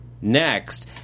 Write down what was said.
next